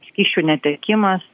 skysčių netekimas